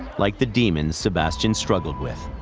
like the demons sebastian struggled with.